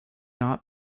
not